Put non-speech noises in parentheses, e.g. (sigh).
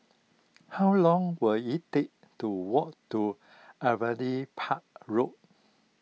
how long will it take to walk to (unintelligible) Park Road